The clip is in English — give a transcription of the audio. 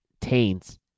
taints